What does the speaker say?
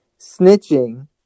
snitching